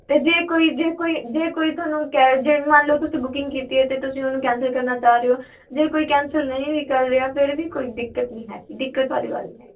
ਅਤੇ ਜੇ ਕੋਈ ਜੇ ਕੋਈ ਜੇ ਕੋਈ ਤੁਹਾਨੂੰ ਕਹਿ ਜੇ ਮੰਨ ਲਓ ਜੇ ਤੁਸੀਂ ਬੁਕਿੰਗ ਕੀਤੀ ਹੈ ਅਤੇ ਤੁਸੀਂ ਉਹਨੂੰ ਕੈਂਸਲ ਕਰਨਾ ਚਾਹ ਰਹੇ ਹੋ ਜੇ ਕੋਈ ਕੈਂਸਲ ਨਹੀਂ ਵੀ ਕਰ ਰਿਹਾ ਫਿਰ ਵੀ ਕੋਈ ਦਿੱਕਤ ਨਹੀਂ ਹੈਗੀ ਦਿੱਕਤ ਵਾਲੀ ਗੱਲ ਨਹੀਂ ਹੈਗੀ